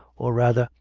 or, rather,